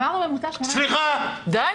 תיקחו